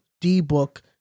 D-Book